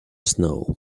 snow